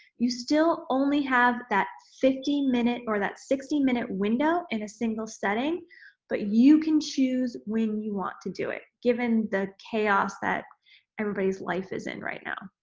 you still only have that fifty minute or that sixty minute window in a single setting but you can choose when you want to do it given the chaos that everybody's life is in right now.